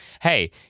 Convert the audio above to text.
hey